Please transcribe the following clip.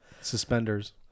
Suspenders